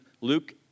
Luke